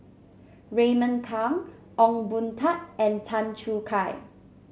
Raymond Kang Ong Boon Tat and Tan Choo Kai